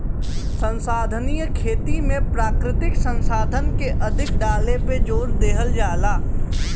संसाधनीय खेती में प्राकृतिक संसाधन के अधिक डाले पे जोर देहल जाला